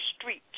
streets